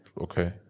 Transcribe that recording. Okay